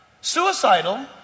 suicidal